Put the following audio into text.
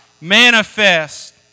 manifest